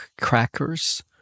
crackers